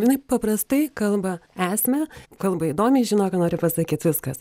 jinai paprastai kalba esmę kalba įdomiai žino ką nori pasakyt viskas